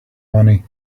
money